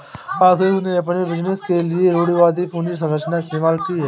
अमीषा ने अपने बिजनेस के लिए रूढ़िवादी पूंजी संरचना इस्तेमाल की है